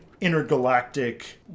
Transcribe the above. intergalactic